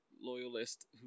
loyalist